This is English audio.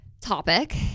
Topic